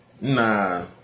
Nah